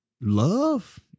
Love